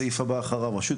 הסעיף הבא אחריו,